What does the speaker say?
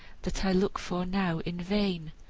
that i look for now in vain.